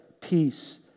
peace